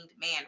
man